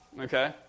Okay